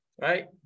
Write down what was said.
Right